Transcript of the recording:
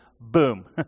boom